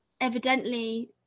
evidently